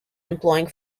employing